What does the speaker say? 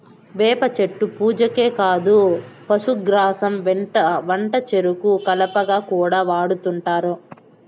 వేప చెట్టు పూజకే కాదు పశుగ్రాసం వంటచెరుకు కలపగా కూడా వాడుతుంటారు